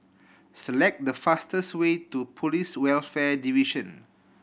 select the fastest way to Police Welfare Division